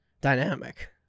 dynamic